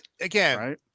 again